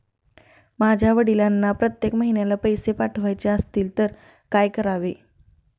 माझ्या वडिलांना प्रत्येक महिन्याला पैसे पाठवायचे असतील तर काय करावे?